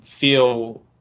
feel